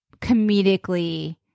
comedically